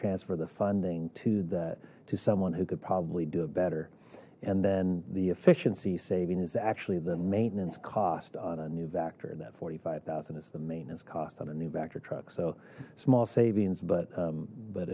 transfer the funding to that to someone who could probably do it better and then the efficiency saving is actually the maintenance cost on a new vector in that forty five thousand is the maintenance cost on a new vector truck so small savings but